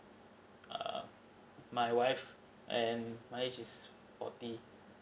err my wife and my age is forty